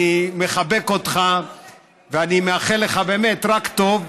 אני מחבק אותך ואני מאחל לך באמת רק טוב,